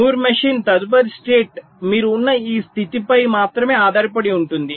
మూర్ machine తదుపరి state మీరు ఉన్న ఈ స్థితిపై మాత్రమే ఆధారపడి ఉంటుంది